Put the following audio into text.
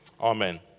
Amen